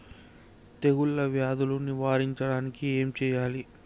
తెగుళ్ళ వ్యాధులు నివారించడానికి ఏం చేయాలి?